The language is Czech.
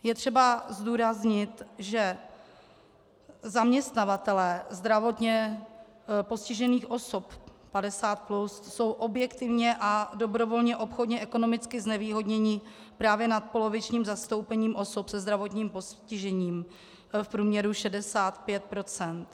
Je třeba zdůraznit, že zaměstnavatelé zdravotně postižených osob 50+ jsou objektivně a dobrovolně obchodně ekonomicky znevýhodněni právě nadpolovičním zastoupením osob se zdravotním postižením, v průměru 65 %.